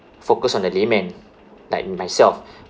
focus on the laymen like myself